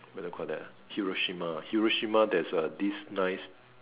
what do you call that Hiroshima Hiroshima there is a this nice